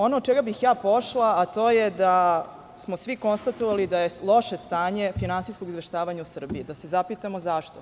Ono od čega bih pošla jeste to da smo svi konstatovali da je loše stanje finansijskog izveštavanja u Srbiji, da se zapitamo zašto?